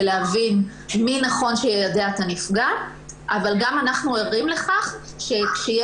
להבין מי נכון שיידע את הנפגע אבל גם אנחנו ערים לכך שכאשר יש